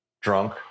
drunk